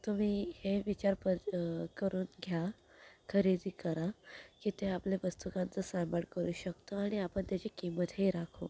तुम्ही हे विचार ब करून घ्या खरेदी करा की ते आपल्या वस्तूकांचा सांभाळ करू शकतो आणि आपण त्याची किंमतही राखू